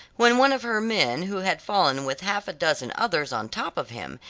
when one of her men who had fallen with half a dozen others on top of him,